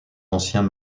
anciens